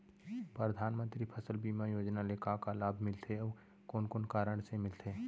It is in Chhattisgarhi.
परधानमंतरी फसल बीमा योजना ले का का लाभ मिलथे अऊ कोन कोन कारण से मिलथे?